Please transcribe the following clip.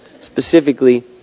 specifically